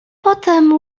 potem